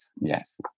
Yes